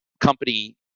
company